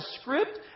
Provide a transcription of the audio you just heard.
script